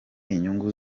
inyungu